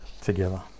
together